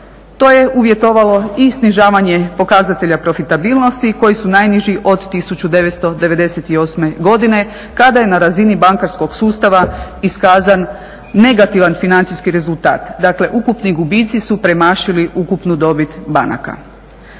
To je uvjetovalo i snižavanje pokazatelja profitabilnosti koji su najniži od 1998. godine kada je na razini bankarskog sustava iskazan negativan financijski rezultat, dakle ukupni gubitci su premašili ukupnu dobit banaka.